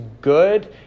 good